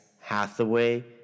Hathaway